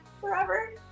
forever